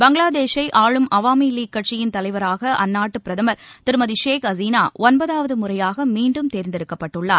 பங்களாதேஷை ஆளும் அவாமி லீக் கட்சியின் தலைவராக அந்நாட்டு பிரதமர் திருமதி ஷேக் ஹசீனா ஒன்பதாவது முறையாக மீண்டும் தேர்ந்தெடுக்கப்பட்டுள்ளார்